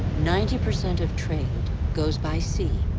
ninety percent of trade goes by sea.